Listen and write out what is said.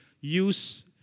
use